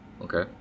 Okay